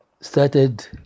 started